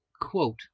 quote